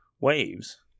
waves